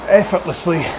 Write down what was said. effortlessly